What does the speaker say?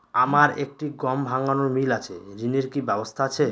আমার একটি গম ভাঙানোর মিল আছে ঋণের কি ব্যবস্থা আছে?